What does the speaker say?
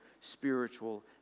spiritual